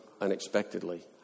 unexpectedly